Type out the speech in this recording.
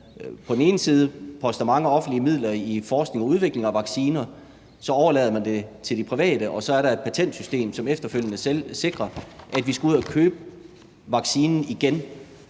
på den ene side poster mange offentlige midler i forskning og udvikling af vacciner, mens man på den anden side overlader det til de private, og så er der et patentsystem, som efterfølgende sikrer, at vi skal ud at købe vaccinen igen